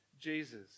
jesus